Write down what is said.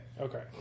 Okay